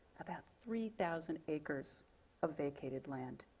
about three thousand acres of vacated land.